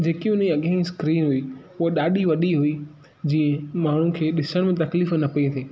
जेके हुनजी अॻे जी स्क्रीन हुई हूअ ॾाढी वॾी हुई जीअं माण्हुनि खे ॾिसण में तकलीफ़ न पई थिए